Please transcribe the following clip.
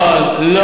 מתי?